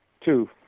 Two